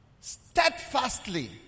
steadfastly